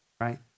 right